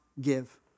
give